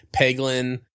peglin